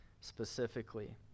specifically